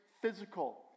physical